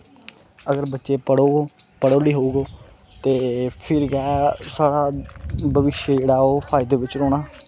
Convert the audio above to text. अगर बच्चे पढ़ोग पढ़ो लिखग ते फिर गै साढ़ा भविष्य जेह्ड़ा ओह् फायदे बिच्च रौहना